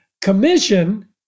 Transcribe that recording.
Commission